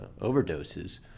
overdoses